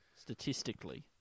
statistically